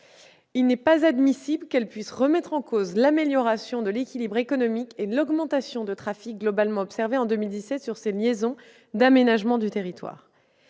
Il n'est pas admissible qu'ils puissent remettre en cause l'amélioration de l'équilibre économique et l'augmentation de trafic globalement observées en 2017 sur ces liaisons d'aménagement du territoire.